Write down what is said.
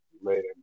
later